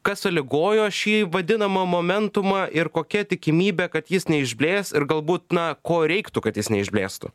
kas sąlygojo šį vadinamą momentumą ir kokia tikimybė kad jis neišblės ir galbūt na ko reiktų kad jis neišblėstų